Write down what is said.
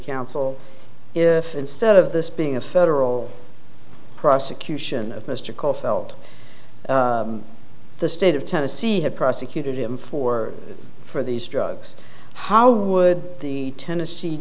counsel if instead of this being a federal prosecution of mr cole felt the state of tennessee had prosecuted him for for these drugs how would the tennessee